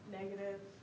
negative